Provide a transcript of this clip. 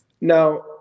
Now